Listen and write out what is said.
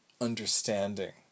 understanding